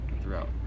throughout